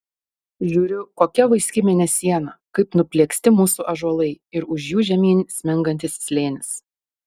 žiūriu kokia vaiski mėnesiena kaip nuplieksti mūsų ąžuolai ir už jų žemyn smengantis slėnis